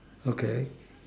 okay